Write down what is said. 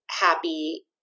happy